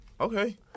Okay